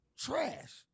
Trash